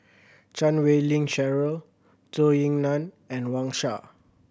Chan Wei Ling Cheryl Zhou Ying Nan and Wang Sha